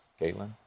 Caitlin